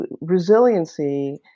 resiliency